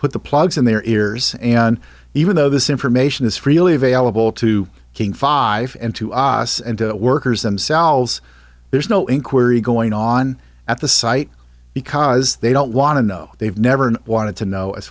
put the plugs in their ears and even though this information is freely available to king five and to os and to the workers themselves there's no inquiry going on at the site because they don't want to know they've never wanted to know as